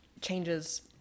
changes